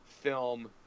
film